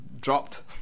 dropped